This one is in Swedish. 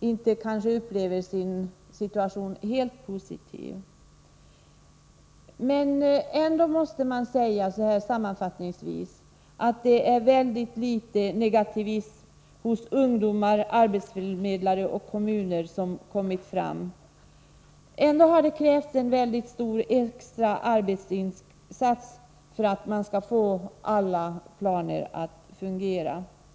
inte upplever sin situation som helt positiv. Men sammanfattningsvis har det kommit fram oerhört litet negativism hos ungdomar, arbetsförmedlare och kommuner. Ändå har det krävts en mycket stor extra arbetsinsats för att få alla planer att fungera.